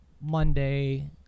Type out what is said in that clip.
Monday